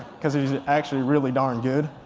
because he's actually really darn good.